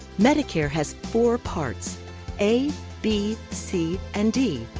medicare has four parts a, b, c and d.